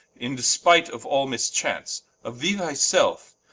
in despight of all mischance, of thee thy selfe,